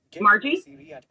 Margie